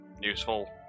useful